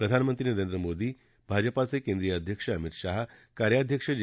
प्रधानमंत्री नरेंद्र मोदी भाजपाचे केंद्रीय अध्यक्ष अमित शहा कार्याध्यक्ष जे